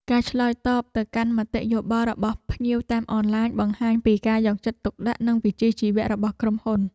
ការឆ្លើយតបទៅកាន់មតិយោបល់របស់ភ្ញៀវតាមអនឡាញបង្ហាញពីការយកចិត្តទុកដាក់និងវិជ្ជាជីវៈរបស់ក្រុមហ៊ុន។